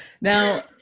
Now